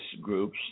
groups